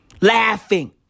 laughing